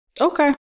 Okay